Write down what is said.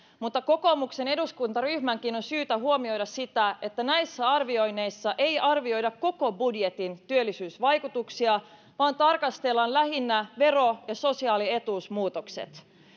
mutta kokoomuksen eduskuntaryhmänkin on syytä huomioida se että näissä arvioinneissa ei arvioida koko budjetin työllisyysvaikutuksia vaan tarkastellaan lähinnä vero ja sosiaalietuusmuutoksia